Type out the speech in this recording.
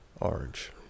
Orange